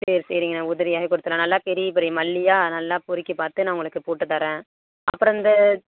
சரி சரிண்ணே உதிரியாகவே கொடுத்துர்றேன் நல்ல பெரிய பெரிய மல்லியாக நல்லா பொறுக்கி பார்த்து நான் உங்களுக்கு போட்டு தரேன் அப்புறம் இந்த